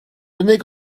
unig